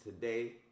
today